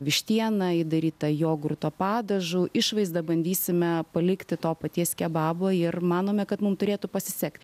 vištiena įdaryta jogurto padažu išvaizdą bandysime palikti to paties kebabo ir manome kad mum turėtų pasisekt